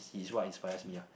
is what inspires me ah